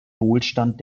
wohlstand